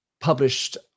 published